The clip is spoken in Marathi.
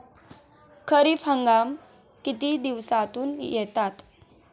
खरीप हंगाम किती दिवसातून येतात?